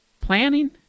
Planning